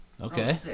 Okay